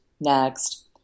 next